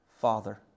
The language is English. Father